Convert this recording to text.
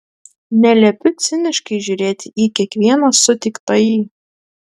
neliepiu ciniškai žiūrėti į kiekvieną sutiktąjį